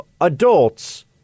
adults